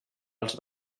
els